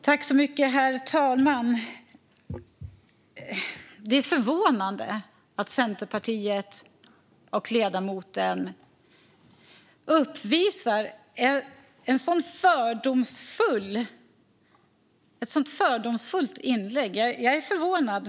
Herr talman! Det är förvånande att Centerpartiet och ledamoten uppvisar en sådan fördomsfullhet. Jag är förvånad.